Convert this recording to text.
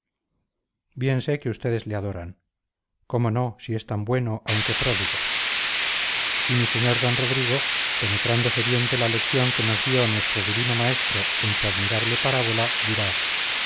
sé que ustedes le adoran cómo no si es tan bueno aunque pródigo y mi sr don rodrigo penetrándose bien de la lección que nos dio nuestro divino maestro en su admirable parábola dirá